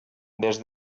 des